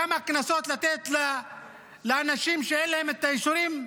כמה קנסות לתת לאנשים שאין להם את האישורים